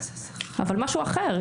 אבל משהו אחר,